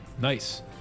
Nice